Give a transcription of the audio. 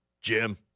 Jim